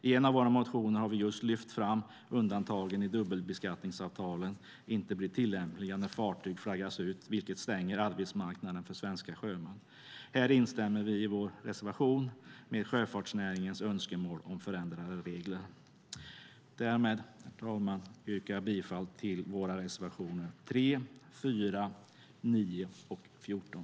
I en av våra motioner har vi just lyft fram att undantagen i dubbelbeskattningsavtalen inte blir tillämpliga när fartyg flaggas ut, vilket stänger arbetsmarknaden för svenska sjömän. Här instämmer vi i vår reservation med sjöfartsnäringens önskemål om förändrade regler. Därmed, herr talman, yrkar jag bifall till våra reservationer 3, 4, 9 och 14.